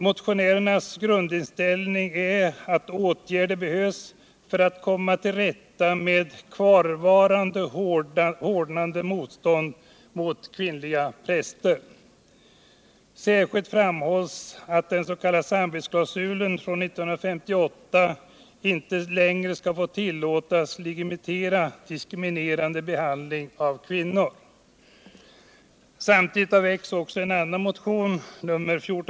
Motionärernas grundinställning är att åtgärder behövs för att man skall kunna komma till rätta med ett kvarvarande och hårdnande motstånd mot kvinnliga präster. Särskilt framhålls att den s.k. samvetsklausulen från 1958 inte längre kan få tillåtas legitimera diskriminerande behandling av kvinnor.